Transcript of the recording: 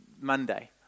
Monday